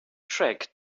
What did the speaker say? track